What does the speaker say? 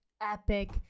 epic